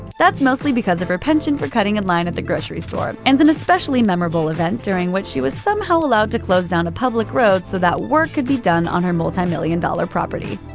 that's mostly because of her penchant for cutting in line at the grocery store, and an especially memorable event during which she was somehow allowed to close down a public road so that work could be done on her multi-million dollar property.